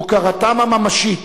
הוקרתם הממשית